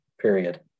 period